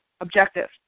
objective